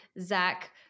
Zach